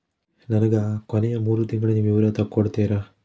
ನನಗ ಕೊನೆಯ ಮೂರು ತಿಂಗಳಿನ ವಿವರ ತಕ್ಕೊಡ್ತೇರಾ?